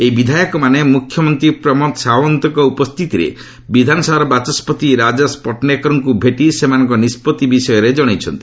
ଏହି ବିଧାୟକମାନେ ମୁଖ୍ୟମନ୍ତ୍ରୀ ପ୍ରମୋଦ ସାଓ୍ୱନ୍ତଙ୍କ ଉପସ୍ଥିତିରେ ବିଧାନସଭାର ବାଚସ୍କତି ରାଜେଶ ପଟନେକରଙ୍କୁ ଭେଟି ସେମାନଙ୍କ ନିଷ୍ପଭି ବିଷୟରେ କଣାଇଛନ୍ତି